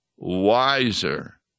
wiser